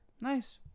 Nice